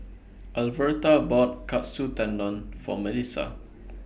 Alverta bought Katsu Tendon For Melissa